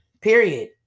Period